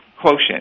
quotient